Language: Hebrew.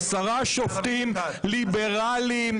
-- 10 שופטים ליברלים,